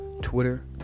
Twitter